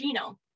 genome